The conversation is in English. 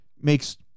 Makes